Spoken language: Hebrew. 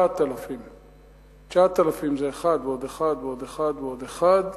9,000. 9,000 זה אחד ועוד אחד ועוד אחד ועוד אחד,